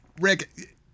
Rick